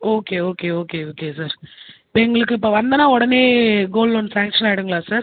okay okay okay okay sir இப்போ எங்களுக்கு இப்போ வந்தேனா உடனே கோல்ட் லோன் சேங்க்ஷன் ஆயிடுங்களா சார்